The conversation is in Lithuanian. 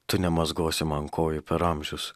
tu nemazgosi man kojų per amžius